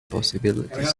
possibilities